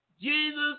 Jesus